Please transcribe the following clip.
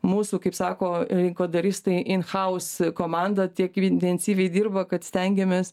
mūsų kaip sako kodoristai inchaus komanda tiek intensyviai dirba kad stengiamės